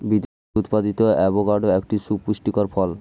বিদেশে উৎপাদিত অ্যাভোকাডো একটি সুপুষ্টিকর ফল